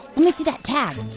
let me see that tag.